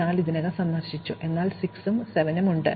4 ഇതിനകം സന്ദർശിച്ചു എന്നാൽ 6 പുതിയതും 7 ഉം ആണ്